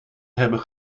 hebben